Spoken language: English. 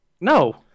No